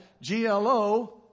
G-L-O